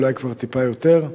אולי כבר טיפה יותר,